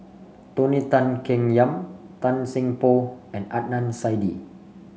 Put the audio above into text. Tony Tan Keng Yam Tan Seng Poh and Adnan Saidi